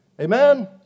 Amen